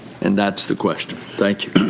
and that's the question. thank you.